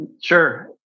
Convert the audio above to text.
Sure